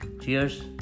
Cheers